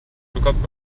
bekommt